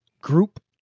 group